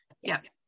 Yes